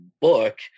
book